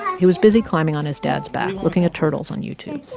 he was busy climbing on his dad's back, looking at turtles on youtube